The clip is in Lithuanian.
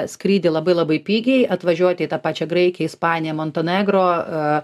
skrydį labai labai pigiai atvažiuoti į tą pačią graikiją ispaniją montanegro